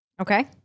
Okay